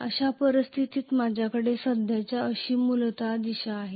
अशा परिस्थितीत माझ्याकडे सध्याची अशी मूलत दिशा आहे